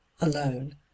alone